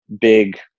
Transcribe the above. big